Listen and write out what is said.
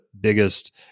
biggest